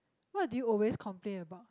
what do you always complain about